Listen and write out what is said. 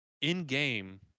in-game